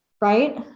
Right